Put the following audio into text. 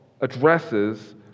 addresses